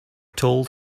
told